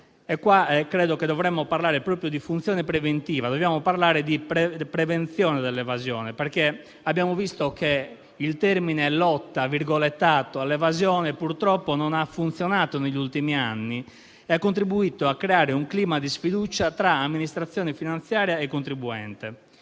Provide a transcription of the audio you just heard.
alti. Credo che dovremmo parlare proprio di funzione preventiva ovvero di prevenzione dell'evasione, perché abbiamo visto che il termine «lotta» all'evasione purtroppo non ha funzionato negli ultimi anni e ha contribuito a creare un clima di sfiducia tra amministrazione finanziaria e contribuente.